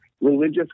religious